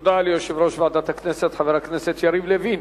תודה ליושב-ראש ועדת הכנסת, חבר הכנסת יריב לוין.